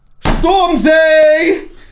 Stormzy